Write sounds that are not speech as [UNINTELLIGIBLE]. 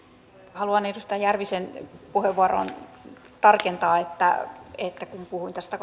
haluan edustaja järvisen puheenvuoroon liittyen tarkentaa että että kun puhuin tästä [UNINTELLIGIBLE]